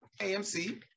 AMC